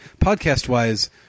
podcast-wise